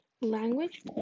language